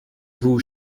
vous